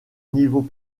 niveau